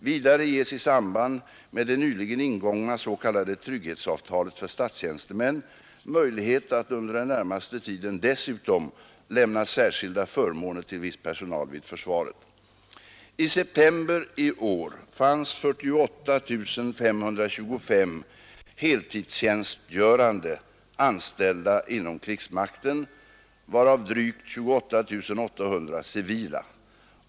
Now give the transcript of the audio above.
Vidare ges i samband med det nyligen ingångna s.k. trygghetsavtalet för statstjänstemän möjlighet att under den närmaste tiden dessutom lämna särskilda förmåner till viss personal vid försvaret. I september 1972 fanns 48 525 heltidstjänstgörande anställda inom krigsmakten varav drygt 28 800 civila.